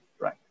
right